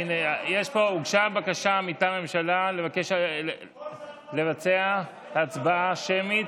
הוגשה בקשה מטעם הממשלה לבצע הצבעה שמית.